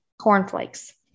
Cornflakes